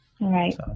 Right